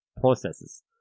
processes